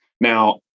Now